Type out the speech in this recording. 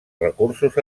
recursos